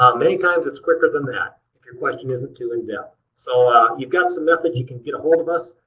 um many times it's quicker than that if your question isn't too in depth. so you've got some methods you can get a hold of us.